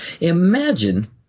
imagine